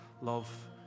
love